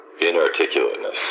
inarticulateness